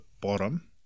bottom